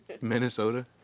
Minnesota